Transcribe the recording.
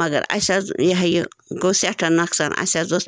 مگر اَسہِ حظ یہِ ہَہ یہِ گوٚو سٮ۪ٹھاہ نۄقصان اَسہِ حظ اوس